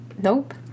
nope